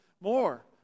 more